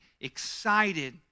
excited